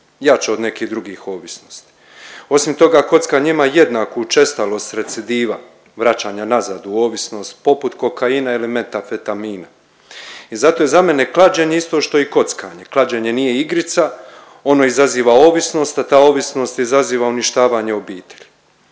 Ja ću o nekih drugih ovisnosti. Osim toga kockanje ima jednaku učestalost recidiva, vraćanja nazad u ovisnost poput kokaina ili metaamfetamina i zato je za mene klađenje isto što i kockanje. Klađenje nije igrica, ono izaziva ovisnost, a ta ovisnost izaziva uništavanje obitelji.